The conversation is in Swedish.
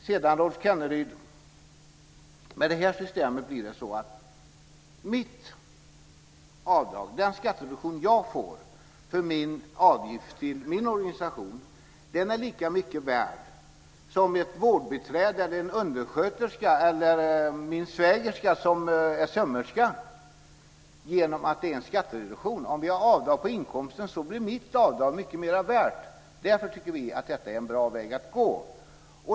Med det här systemet, Rolf Kenneryd, blir det så att mitt avdrag, den skattesubvention som jag får för min avgift till min organisation, är lika mycket värt som en vårdbiträdes, en undersköterskas eller min svägerskas som är sömmerska genom att det är en skattereduktion. Om vi medger avdrag på inkomsten blir mitt avdrag mycket mera värt. Därför tycker vi att detta är en bra väg att gå.